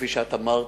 כפי שאת אמרת,